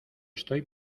estoy